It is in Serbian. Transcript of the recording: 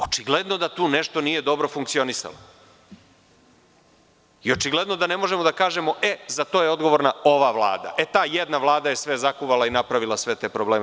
Očigledno da tu nešto nije dobro funkcionisalo i očigledno da ne možemo da kažemo – za to je odgovorna ova vlada, ta jedna vlada je sve zakuvala i napravila sve te probleme.